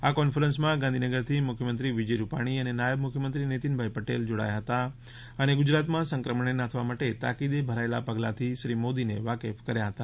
આ કોન્ફરન્સમાં ગાંધીનગરથી મુખ્યમંત્રી વિજય રૂપાણી અને નાયબ મુખ્યમંત્રી નિતિનભાઈ પટેલ જોડાયા હતા અને ગુજરાતમાં સંક્રમણને નાથવા માટે તાકીદે ભરાયેલા પગલાથી શ્રી મોદીને વાકેફ કર્યા હતા